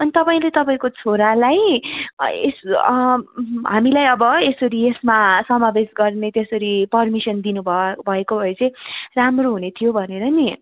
अनि तपाईँले तपाईँको छोरालाई यस हामीलाई अब यसरी यसमा समावेश गर्ने त्यसरी पर्मिसन दिनु भयो भएको भए चाहिँ राम्रो हुने थियो भनेर नि